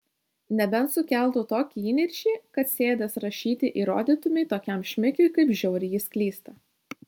nebent sukeltų tokį įniršį kad sėdęs rašyti įrodytumei tokiam šmikiui kaip žiauriai jis klysta